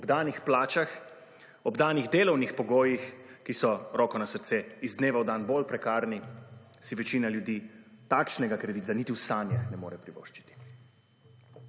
Ob danih plačah, ob danih delovnih pogojih, ki so roko na srce iz dneva v dan bolj prekarni, si večina ljudi takšnega kredita niti v sanjah ne more privoščiti.